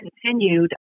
continued